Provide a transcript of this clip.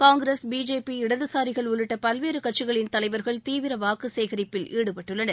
Congress BJP இடதுசாரிகள் உள்ளிட்ட பல்வேறு கட்சிகளின் தலைவர்கள் தீவிர வாக்கு சேரிப்பில் ஈடுபட்டுள்ளனர்